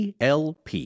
ALP